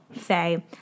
say